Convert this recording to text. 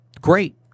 great